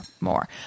more